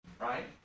Right